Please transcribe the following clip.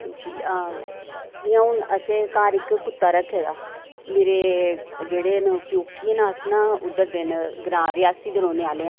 जी आं जि'यां हून असें घर इक कुत्ता रक्खे दा मेरे जेह्ड़े न प्यौकियें न अस न उद्धर दे न ग्रांऽ रियासी दे रौंह्ने आह्ले आं